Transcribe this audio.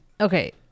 Okay